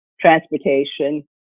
transportation